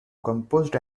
composed